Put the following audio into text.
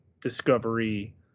discovery